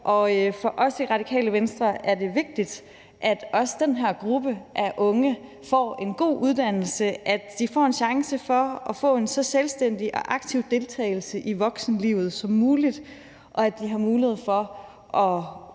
for os i Radikale Venstre er det vigtigt, at også den her gruppe af unge får en god uddannelse, at de får en chance for at få en så selvstændig og aktiv deltagelse i voksenlivet som muligt, og at de har mulighed for at kunne